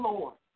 Lord